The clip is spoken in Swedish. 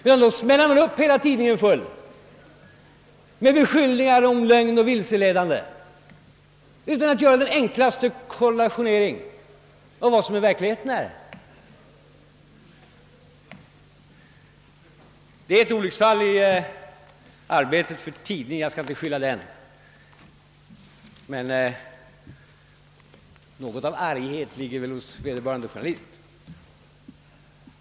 Man smällde upp hela tidningen full med beskyllningar om lögn och vilseledande utan att göra den enklaste kollationering om vad som förevarit i verkligheten. Det var ett olycksfall i tidningens arbete. Jag skall inte skylla den, men något av arghet var det väl hos vederbörande journalist.